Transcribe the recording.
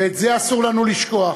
ואת זה אסור לנו לשכוח.